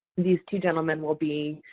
these two gentlemen will be